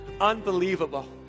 Unbelievable